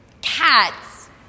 cats